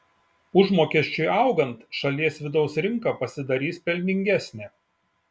užmokesčiui augant šalies vidaus rinka pasidarys pelningesnė